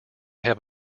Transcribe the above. have